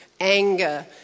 anger